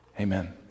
Amen